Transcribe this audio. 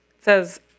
says